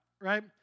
right